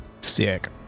Sick